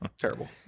terrible